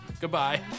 goodbye